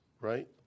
right